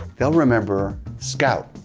they'll remember scout.